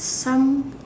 some